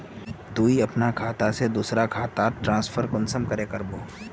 तुई अपना खाता से दूसरा खातात ट्रांसफर कुंसम करे करबो?